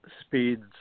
speeds